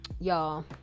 Y'all